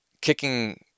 kicking